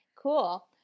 Cool